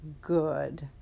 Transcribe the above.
good